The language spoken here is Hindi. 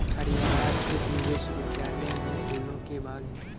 हरियाणा कृषि विश्वविद्यालय में फूलों के बाग हैं